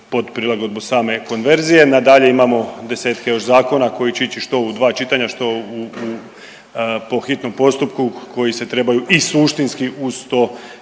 pod prilagodbom same konverzije, nadalje imamo desetke još zakona koji će ići, što u 2 čitanja, što u po hitnom postupku koji se trebaju i suštinski uz to